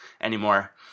anymore